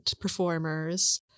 performers